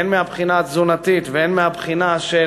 הן מהבחינה התזונתית והן מהבחינה של